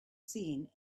seen